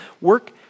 Work